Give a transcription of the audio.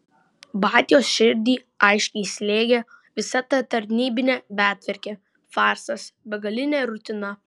batios širdį aiškiai slėgė visa ta tarnybinė betvarkė farsas begalinė rutina